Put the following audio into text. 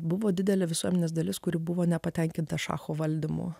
buvo didelė visuomenės dalis kuri buvo nepatenkinta šacho valdymo